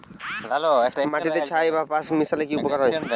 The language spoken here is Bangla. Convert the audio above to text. মাটিতে ছাই বা পাঁশ মিশালে কি উপকার হয়?